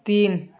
तीन